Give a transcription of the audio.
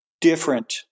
different